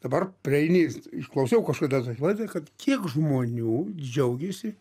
dabar prieini išklausiau kažkada tai laidą kad kiek žmonių džiaugiasi